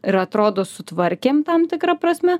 ir atrodo sutvarkėm tam tikra prasme